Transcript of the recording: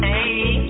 Hey